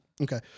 Okay